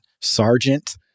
sergeant